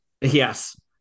yes